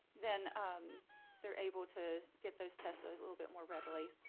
then um they're able to get those tests a little bit more readily.